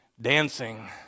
dancing